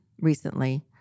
recently